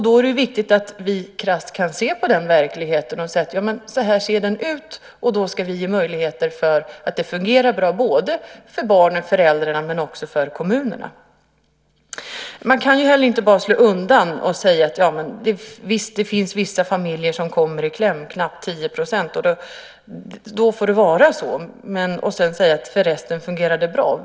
Då är det viktigt att vi krasst kan se på verkligheten och säga att så här ser den ut, och då ska vi möjliggöra att det fungerar bra för både barnen och föräldrarna men också för kommunerna. Man kan inte heller bara vifta undan problemen och säga: Visst, det finns vissa familjer som kommer i kläm, knappt 10 %. Det får vara så, därför att för resten fungerar det bra.